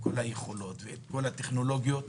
כל היכולות וכל הטכנולוגיות